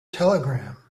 telegram